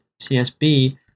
CSB